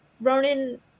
Ronan